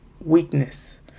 weakness